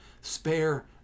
Spare